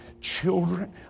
children